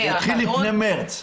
זה התחיל לפני מרץ,